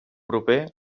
proper